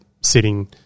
sitting